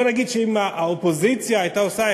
בוא נגיד שאם האופוזיציה הייתה עושה,